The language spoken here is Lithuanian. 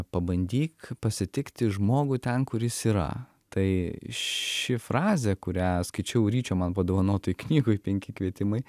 pabandyk pasitikti žmogų ten kur jis yra tai ši frazė kurią skaičiau ryčio man padovanotoj knygoj penki kvietimai